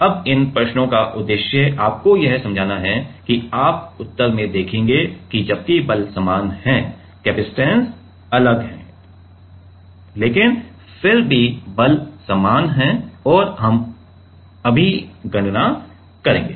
अब इन प्रश्नों का उद्देश्य आपको यह समझाना है कि आप उत्तर में देखेंगे कि जबकि बल समान है कपसिटंस अलग है लेकिन फिर भी बल समान है और हम अभी गणना करेंगे